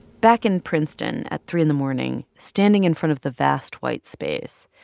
back in princeton at three in the morning, standing in front of the vast white space,